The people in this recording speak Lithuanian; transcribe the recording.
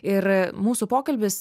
ir mūsų pokalbis